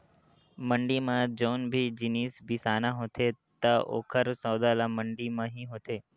मंड़ी म जउन भी जिनिस बिसाना होथे त ओकर सौदा ह मंडी म ही होथे